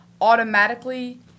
automatically